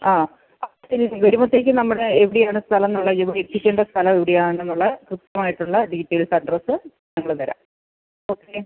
ആ ഫസ്റ്റില് വരുമ്പത്തേക്കും നമ്മുടെ എവിടെയാണ് സ്ഥലം എന്നുള്ള ഇവ എത്തിക്കേണ്ട സ്ഥലം എവിടെയാണ് എന്നുള്ള കൃത്യമായിട്ടുള്ള ഡീറ്റെയിൽസ് അഡ്രസ്സ് ഞങ്ങൾ തരാം ഓക്കെ